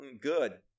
Good